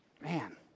Man